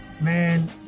man